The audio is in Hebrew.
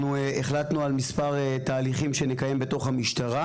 אנחנו החלטנו על מספר תהליכים שנקיים בתוך המשטרה,